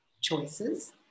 choices